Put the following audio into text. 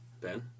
Ben